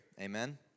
Amen